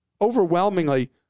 overwhelmingly